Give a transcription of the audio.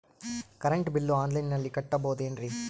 Current bill ಆನ್ಲೈನಿನಲ್ಲಿ ಕಟ್ಟಬಹುದು ಏನ್ರಿ?